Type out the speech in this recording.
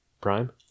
Prime